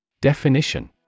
Definition